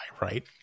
right